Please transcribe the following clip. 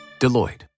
Deloitte